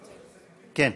כן.